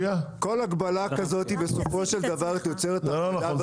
כל הגבלה כזאת בסופו של דבר יוצרת --- זה לא נכון,